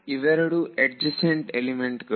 ಇವೆರಡು adjacent element ಗಳು